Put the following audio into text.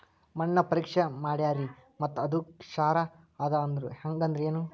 ಮಣ್ಣ ಪರೀಕ್ಷಾ ಮಾಡ್ಯಾರ್ರಿ ಮತ್ತ ಅದು ಕ್ಷಾರ ಅದ ಅಂದ್ರು, ಹಂಗದ್ರ ಏನು?